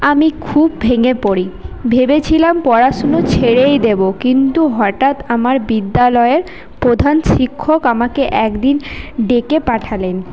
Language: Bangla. আমি খুব ভেঙ্গে পড়ি ভেবেছিলাম পড়াশোনা ছেড়েই দেবো কিন্তু হঠাৎ আমার বিদ্যালয়ের প্রধান শিক্ষক আমাকে একদিন ডেকে পাঠালেন